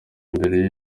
imbere